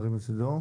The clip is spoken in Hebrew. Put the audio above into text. הצבעה